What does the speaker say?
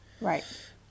Right